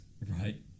Right